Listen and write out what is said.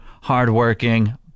hardworking